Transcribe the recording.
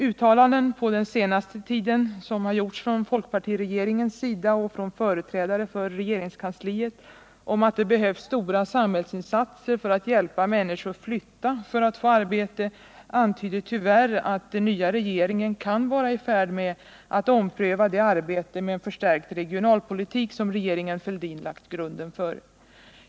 Uttalanden som på senaste tiden gjorts från folkpartiregeringens sida och från företrädare för regeringskansliet om att det behövs stora samhällsinsatser för att hjälpa människor flytta för att få arbete antyder tyvärr att den nya regeringen kan vara i färd med att ompröva det arbete med en förstärkt regionalpolitik som regeringen Fälldin lagt grunden för.